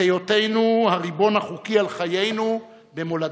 את היותנו הריבון החוקי על חיינו, במולדתנו.